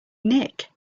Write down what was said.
nick